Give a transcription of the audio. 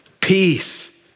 peace